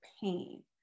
pain